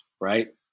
right